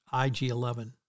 IG-11